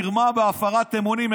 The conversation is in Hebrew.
מרמה והפרת אמונים.